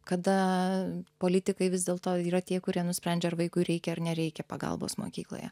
kada politikai vis dėlto yra tie kurie nusprendžia ar vaikui reikia ar nereikia pagalbos mokykloje